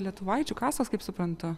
lietuvaičių kastos kaip suprantu